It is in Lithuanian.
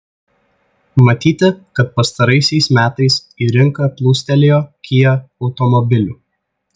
matyti kad pastaraisiais metais į rinką plūstelėjo kia automobilių